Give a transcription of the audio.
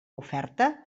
oferta